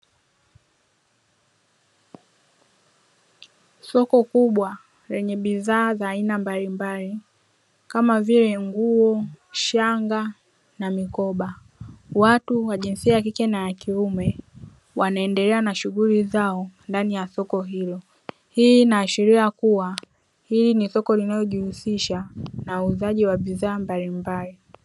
Soko kubwa lenye bidhaa za aina mbalimbali kama vile nguo, shanga na mikoba, watu wa jinsia ya kike na ya kiume wanaendelea na shughuli zao ndani ya soko hilo, hii inaashiria kuwa hili ni soko linalojihusisha na uuzaji wa bidhaa mbalimbali.